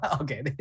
Okay